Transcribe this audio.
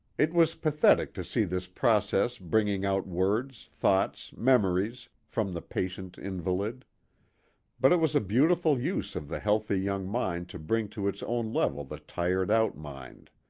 it was pathetic to see this process bringing out words, thoughts, memories from the patient invalid but it was a beautiful use of the healthy young mind to bring to its own level the tired out mind.